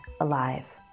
alive